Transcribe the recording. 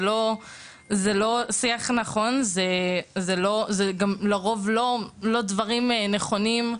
זה לא שיח נכון ואלה לרוב גם לא נתונים נכונים.